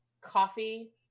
coffee